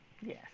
Yes